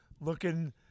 looking